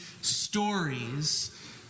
stories